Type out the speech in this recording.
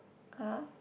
!huh!